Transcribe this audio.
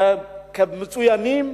כמצוינים,